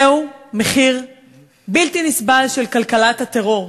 זהו מחיר בלתי נסבל של כלכלת הטרור.